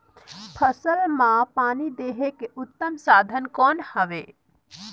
फसल मां पानी देहे के उत्तम साधन कौन हवे?